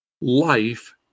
Life